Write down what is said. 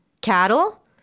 cattle